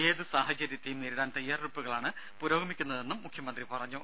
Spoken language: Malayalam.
ഏത് സാഹചര്യത്തെയും നേരിടാൻ തയ്യാറെടുപ്പുകളാണ് പുരോഗമിക്കുന്നതെന്നും മുഖ്യമന്ത്രി പറഞ്ഞു